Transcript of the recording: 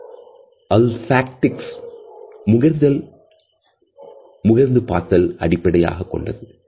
ஒல் ஃபேக்ட்ஸ் முகர்ந்து பார்த்தல்அடிப்படையாக கொண்டது